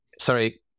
sorry